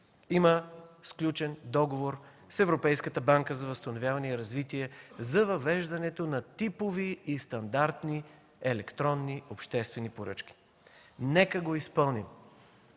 Има сключен договор с Европейската банка за възстановяване и развитие за въвеждането на типови и стандартни електронни обществени поръчки. Нека го изпълним.